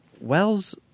Wells